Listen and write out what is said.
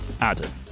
Adam